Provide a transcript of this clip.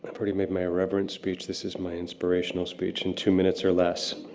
but already made my irreverent speech. this is my inspirational speech in two minutes or less.